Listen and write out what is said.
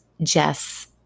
Jess